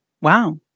Wow